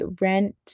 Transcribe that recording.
rent